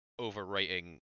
overwriting